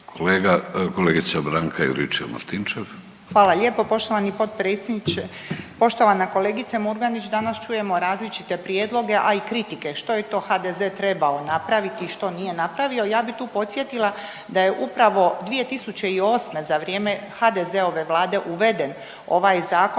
Branka (HDZ)** Hvala lijepo poštovani potpredsjedniče. Poštovana kolegice Murganić, danas čujemo različite prijedloge, a i kritike što je to HDZ trebao napraviti i što nije napravio. Ja bi tu podsjetila da je upravo 2008. za vrijeme HDZ-ove vlade uveden ovaj zakon